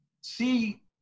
see